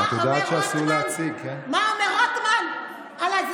מה אומר רוטמן,